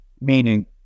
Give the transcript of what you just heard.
Meaning